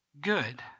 good